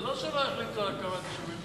זה לא שלא החליטו על הקמת עיר,